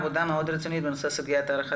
עבודה מאוד רצינית בנושא סוגיית הארכה